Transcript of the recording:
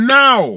now